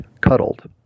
cuddled